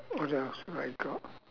what else have I got